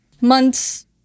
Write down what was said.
months